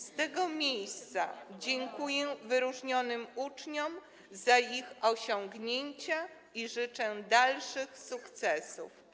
Z tego miejsca dziękuję wyróżnionym uczniom za ich osiągnięcia i życzę dalszych sukcesów.